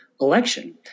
election